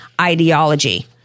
ideology